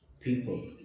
people